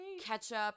ketchup